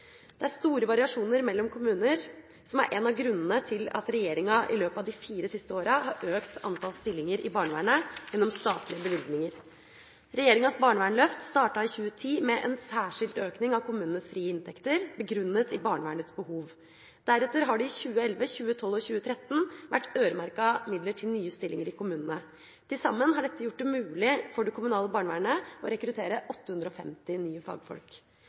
Store variasjoner mellom kommuner er en av grunnene til at regjeringa i løpet av de fire siste åra har økt antallet stillinger i barnevernet gjennom statlige bevilgninger. Regjeringas barnevernsløft startet i 2010 med en særskilt økning av kommunenes frie inntekter, begrunnet i barnevernets behov. Deretter har det i 2011, 2012 og 2013 vært øremerkede midler til nye stillinger i kommunene. Til sammen har dette gjort det mulig for det kommunale barnevernet å rekruttere 850 nye fagfolk.